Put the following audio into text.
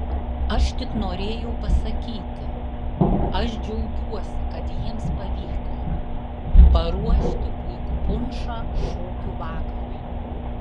aš tik norėjau pasakyti aš džiaugiuosi kad jiems pavyko paruošti puikų punšą šokių vakarui